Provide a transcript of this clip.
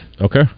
Okay